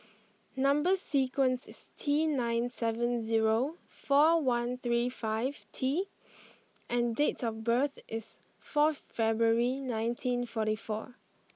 number sequence is T nine seven zero four one three five T and date of birth is fourth February nineteen forty four